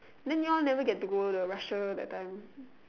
than you all never got to go the Russia that time